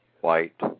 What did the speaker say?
white